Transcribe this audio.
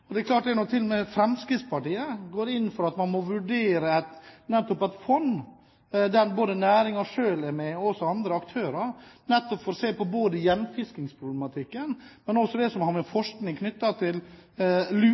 Til og med Fremskrittspartiet går inn for at man må vurdere et fond, der både næringen selv og andre aktører er med, for å se på både gjenfiskingsproblematikken og det som har med